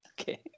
Okay